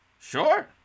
Sure